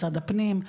משרד הפנים,